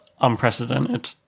unprecedented